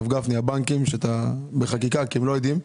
הרב גפני, הבנקים שאתה בחקיקה, כי הם לא יודעים.